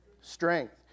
Strength